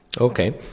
okay